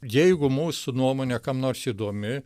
jeigu mūsų nuomone kam nors įdomi